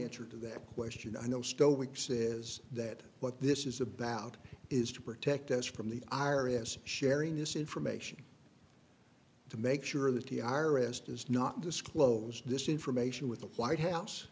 answer to that question i know stoics is that what this is about is to protect us from the iris sharing this information to make sure that the i r s does not disclose this information with the white house